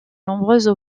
nombreuses